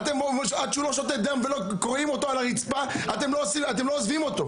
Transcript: עד שהוא לא שותת דם ולא קורעים אותו על הרצפה אתם לא עוזבים אותו.